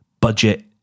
budget